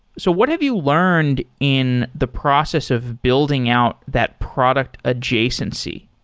so what have you learned in the process of building out that product adjacency?